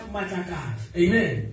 amen